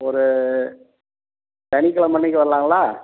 ஒரு சனிக்கெழமை அன்றைக்கி வரலாங்களா